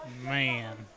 Man